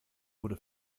wurde